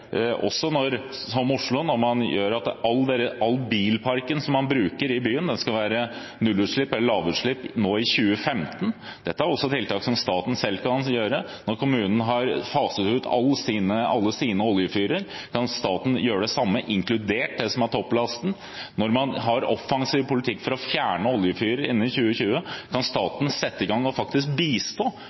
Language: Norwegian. som f.eks. Oslo, der hele byens bilpark skal ha nullutslipp eller lavutslipp i 2015. Dette er tiltak som også staten selv kan gjøre. Når kommunen har faset ut alle sine oljefyrer, kan staten gjøre det samme, inkludert det som er topplasten. Når man har en offensiv politikk for å fjerne oljefyrer innen 2020, kan staten sette i gang og faktisk bistå